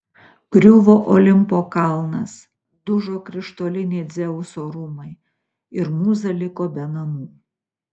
griuvo olimpo kalnas dužo krištoliniai dzeuso rūmai ir mūza liko be namų